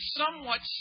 somewhat